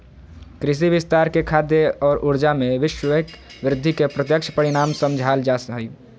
कृषि विस्तार के खाद्य और ऊर्जा, में वैश्विक वृद्धि के प्रत्यक्ष परिणाम समझाल जा हइ